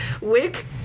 Wick